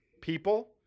people